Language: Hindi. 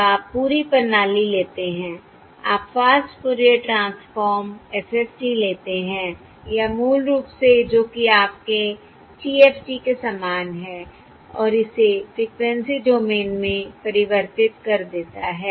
अब आप पूरी प्रणाली लेते हैं आप फास्ट फूरियर ट्रांसफ़ॉर्म FFT लेते हैं या मूल रूप से जो कि आपके TFT के समान है और इसे फ़्रीक्वेंसी डोमेन में परिवर्तित कर देता है